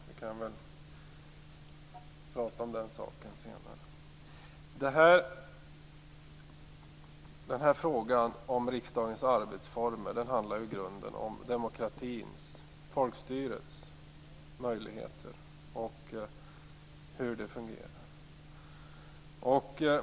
Vi kan väl prata om den saken senare. Frågan om riksdagens arbetsformer handlar i grunden om demokratins - folkstyrets - möjligheter och hur demokratin fungerar.